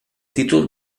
títol